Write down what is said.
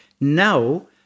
Now